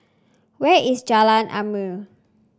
where is Jalan Ilmu